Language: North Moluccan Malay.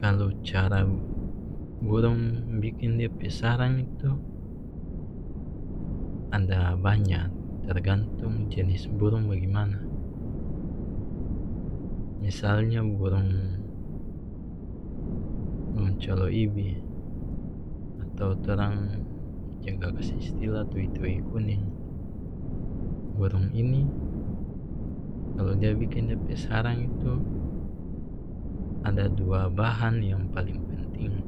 Kalu cara burung biking dia pe sarang itu ada banya tergantung jenis burung bagimana misalnya burung coloibi atau torang jaga kase istilah tui tui kuning burung ini kalu dia bikin dia pe sarang itu ada dua bahan yang paleng penting